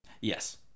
Yes